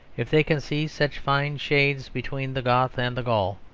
if they can see such fine shades between the goth and the gaul,